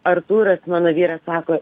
artūras mano vyras sako